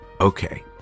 Okay